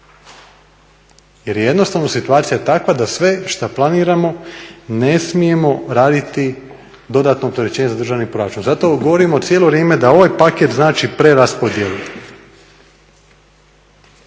jer je jednostavno situacija takva da sve što planiramo ne smijemo raditi dodatno opterećenje za državni proračun. Zato govorimo cijelo vrijeme da ovaj paket znači preraspodjelu.